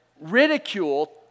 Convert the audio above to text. Ridicule